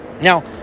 Now